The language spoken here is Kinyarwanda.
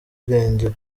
irengero